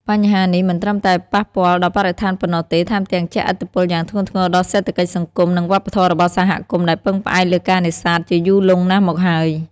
បញ្ហានេះមិនត្រឹមតែប៉ះពាល់ដល់បរិស្ថានប៉ុណ្ណោះទេ ថែមទាំងជះឥទ្ធិពលយ៉ាងធ្ងន់ធ្ងរដល់សេដ្ឋកិច្ច សង្គម និងវប្បធម៌របស់សហគមន៍ដែលពឹងផ្អែកលើការនេសាទជាយូរលង់ណាស់មកហើយ។